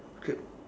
okay